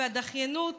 והדחיינות